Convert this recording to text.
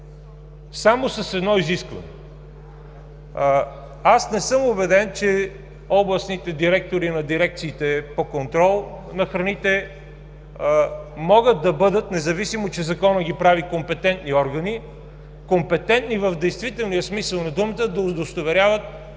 само с едно изискване. Аз не съм убеден, че областните директори на дирекциите по контрол на храните могат да бъдат, независимо че Законът ги прави компетентни органи, компетентни в действителния смисъл на думата да удостоверяват